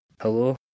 Hello